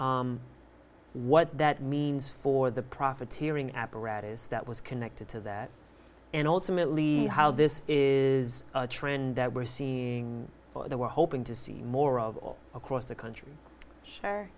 what that means for the profiteering apparatus that was connected to that and ultimately how this is a trend that we're seeing the we're hoping to see more of all across the country